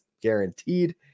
guaranteed